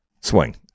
swing